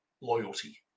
loyalty